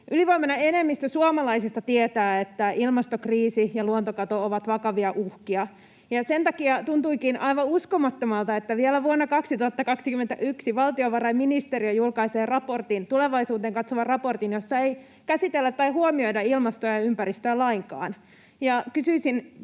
Ylivoimainen enemmistö suomalaisista tietää, että ilmastokriisi ja luontokato ovat vakavia uhkia, ja sen takia tuntuukin aivan uskomattomalta, että vielä vuonna 2021 valtiovarainministeriö julkaisee tulevaisuuteen katsovan raportin, jossa ei käsitellä tai huomioida ilmastoa ja ympäristöä lainkaan.